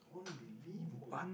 unbelievable